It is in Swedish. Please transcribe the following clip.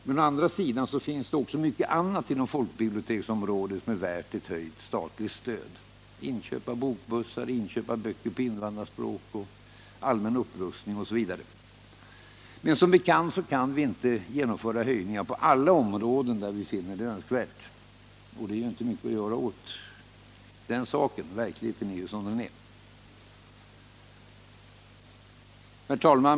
Men å andra sidan finns det också mycket annat inom folkbiblioteksområdet som är värt ett höjt statligt stöd: inköp av bokbussar, inköp av böcker på invandrarspråk, allmän upprustning osv. Som bekant kan vi inte genomföra höjningar på alla områden där vi finner det önskvärt. Och det är inte mycket att göra åt den saken — verkligheten är ju som den är. Herr talman!